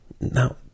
Now